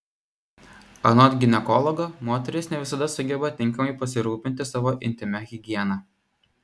anot ginekologo moterys ne visada sugeba tinkamai pasirūpinti savo intymia higiena